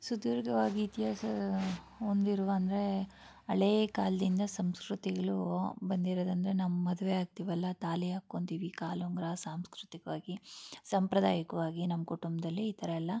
ಸುದೀರ್ಘವಾಗಿ ಇತಿಹಾಸ ಹೊಂದಿರುವ ಅಂದರೆ ಹಳೇ ಕಾಲದಿಂದ ಸಂಸ್ಕೃತಿಗಳು ಬಂದಿರೋದಂದರೆ ನಮ್ಮ ಮದುವೆ ಆಗ್ತೀವಲ್ಲ ತಾಳಿ ಹಾಕೊತ್ತೀವಿ ಕಾಲು ಉಂಗುರ ಸಾಂಸ್ಕೃತಿಕವಾಗಿ ಸಾಂಪ್ರದಾಯಿಕ್ವಾಗಿ ನಮ್ಮ ಕುಟುಂಬದಲ್ಲಿ ಈ ಥರ ಎಲ್ಲ